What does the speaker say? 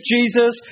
Jesus